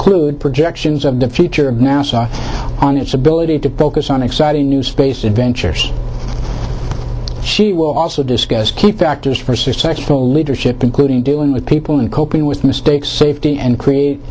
clued projections of the future of nasa on its ability to focus on exciting new space adventures she will also discuss key factors for successful leadership including dealing with people and coping with mistakes safety and create